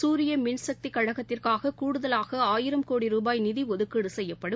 சூரிய மின்சக்தி கழகத்திற்காக கூடுதலாக ஆயிரம் கோடி ரூபாய் நிதி ஒதுக்கீடு செய்யப்படும்